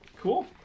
Cool